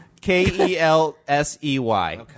K-E-L-S-E-Y